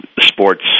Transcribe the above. sports